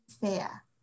fair